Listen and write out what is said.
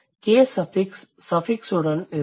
case affix சஃபிக்ஸுடன் இருக்கும்